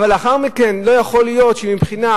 אבל לאחר מכן לא יכול להיות שמבחינת